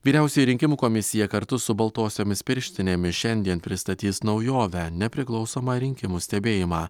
vyriausioji rinkimų komisija kartu su baltosiomis pirštinėmis šiandien pristatys naujovę nepriklausomą rinkimų stebėjimą